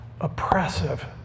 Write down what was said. oppressive